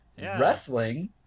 wrestling